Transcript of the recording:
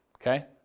Okay